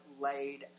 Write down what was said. laid